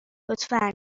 لطفا